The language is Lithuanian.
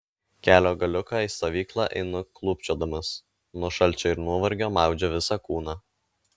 kelio galiuką į stovyklą einu klūpčiodamas nuo šalčio ir nuovargio maudžia visą kūną